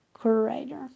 curator